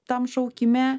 tam šaukime